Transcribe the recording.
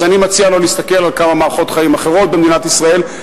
אז אני מציע לו להסתכל על כמה מערכות חיים במדינת ישראל,